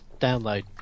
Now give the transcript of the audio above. download